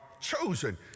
chosen